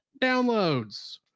downloads